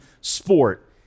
sport